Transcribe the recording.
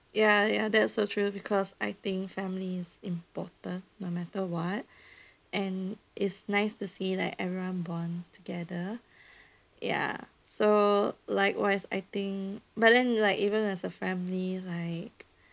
ya ya that's so true because I think family's important no matter what and is nice to see like everyone bond together ya so likewise I think but then like even as a family like